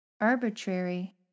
arbitrary